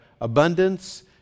abundance